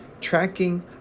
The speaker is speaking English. tracking